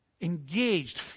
engaged